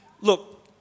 look